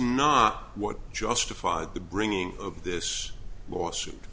not what justified the bringing of this lawsuit